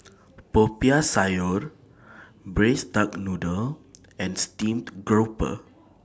Popiah Sayur Braised Duck Noodle and Steamed Grouper